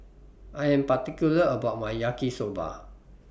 I Am particular about My Yaki Soba